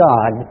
God